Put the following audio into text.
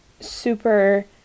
super